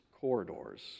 corridors